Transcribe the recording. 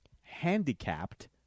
Handicapped